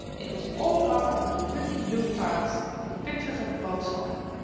it was all covered with pretty blue tiles, with pictures of boats on them.